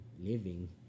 living